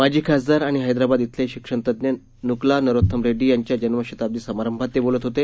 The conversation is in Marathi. माजी खासदार आणि हैदराबाद इथले शिक्षणतज्ज्ञ नुकला नरोथम रेड्डी यांच्या जन्मशताब्दी समारंभात ते बोलत होते